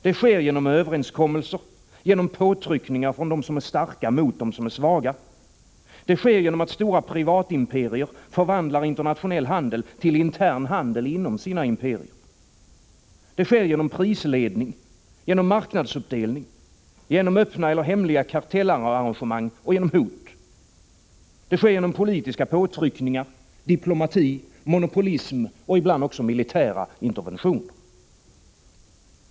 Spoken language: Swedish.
Det sker genom överenskommelser och genom påtryckningar från starka mot svaga. Det sker genom att stora privatimperier förvandlar internationell handel till intern handel inom sina imperier. Det sker genom prisledning, marknadsuppdelning, öppna eller hemliga kartellarrangemang och hot. Det sker genom politiska påtryckningar, diplomati, monopolism och ibland också militära interventioner.